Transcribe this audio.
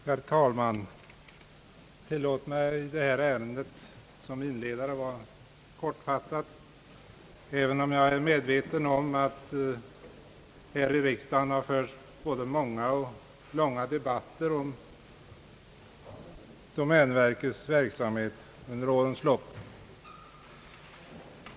Herr talman! Tillåt mig i detta ärende som inledare vara kortfattad, även om jag är medveten om att här i riksdagen har förts många och långa debatter om domänverkets verksamhet under årens lopp.